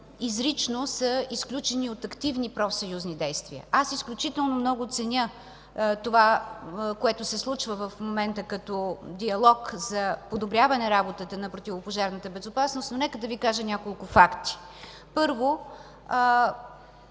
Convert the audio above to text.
изрично са изключени активни профсъюзни действия. Аз изключително много ценя това, което се случва в момента, като диалог за подобряване на работата на противопожарната безопасност, но нека да Ви кажа няколко факта. Първо,